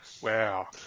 Wow